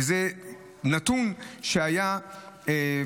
וזה נתון שהיה,